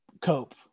cope